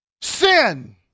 Sin